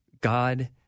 God